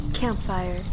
Campfire